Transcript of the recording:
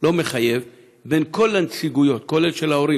לא מחייב, של כל הנציגויות, כולל של ההורים